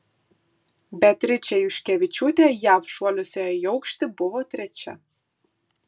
beatričė juškevičiūtė jav šuoliuose į aukštį buvo trečia